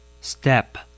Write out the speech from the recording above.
Step